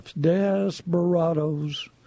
desperados